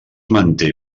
manté